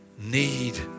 need